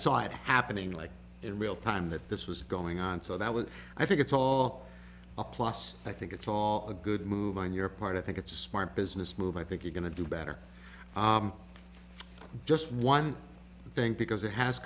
saw it happening like in real time that this was going on so that was i think it's all a plus i think it's all a good move on your part i think it's a smart business move i think you're going to do better just one thing because it has